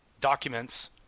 documents